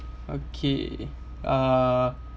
okay uh